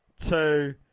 two